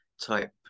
type